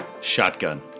Shotgun